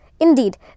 Indeed